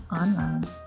online